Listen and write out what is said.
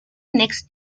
next